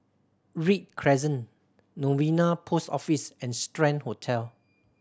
Read Crescent Novena Post Office and Strand Hotel